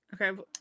Okay